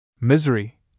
Misery